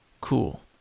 Cool